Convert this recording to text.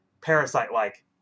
parasite-like